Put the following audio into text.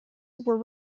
were